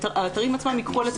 שהאתרים עצמם ייקחו על עצמם.